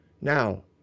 now